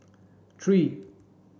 three